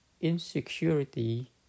insecurity